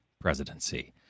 presidency